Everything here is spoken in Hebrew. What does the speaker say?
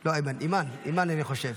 --- לא איימן, אימאן, אני חושב.